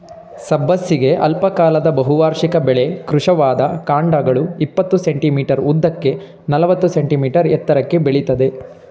ಸಬ್ಬಸಿಗೆ ಅಲ್ಪಕಾಲದ ಬಹುವಾರ್ಷಿಕ ಬೆಳೆ ಕೃಶವಾದ ಕಾಂಡಗಳು ಇಪ್ಪತ್ತು ಸೆ.ಮೀ ಉದ್ದಕ್ಕೆ ನಲವತ್ತು ಸೆ.ಮೀ ಎತ್ತರಕ್ಕೆ ಬೆಳಿತದೆ